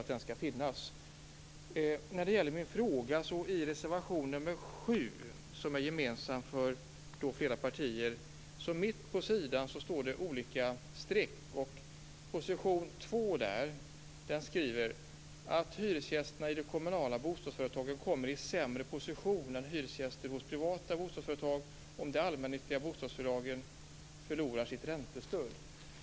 När det gäller min fråga så är det så att det i reservation 7, som är gemensam för flera partier, mitt på sidan i betänkandet finns en uppställning med olika streck. Där skriver vi under punkt två: "att hyresgästerna i de kommunala bostadsföretagen kommer i sämre position än hyresgäster hos privata bostadsföretag om de allmännyttiga bostadsföretagen förlorar sitt räntestöd."